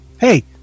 Hey